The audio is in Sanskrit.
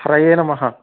हरये नमः